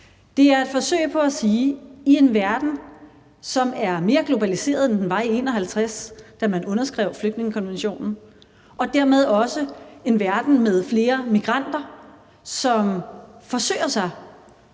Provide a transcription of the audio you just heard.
Det er et forsøg på at sige: I en verden, som er mere globaliseret, end den var i 1951, da man underskrev flygtningekonventionen, og dermed også er en verden med flere migranter, som forsøger sig